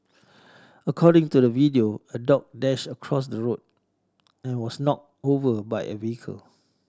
according to the video a dog dashed across the road and was knocked over by a vehicle